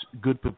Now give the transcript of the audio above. good